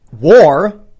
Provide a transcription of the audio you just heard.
war